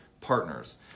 partners